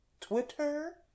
Twitter